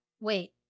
wait